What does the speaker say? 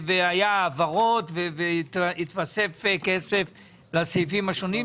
אם היו העברות והתווסף כסף לסעיפים השונים,